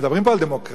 מדברים פה על דמוקרטיה?